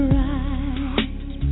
right